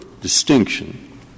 distinction